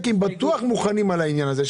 כי בטוח מוכנים על העניין הזה.